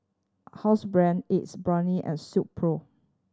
Housebrand Ace Brainery and Silkpro